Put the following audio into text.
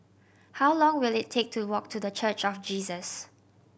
how long will it take to walk to The Church of Jesus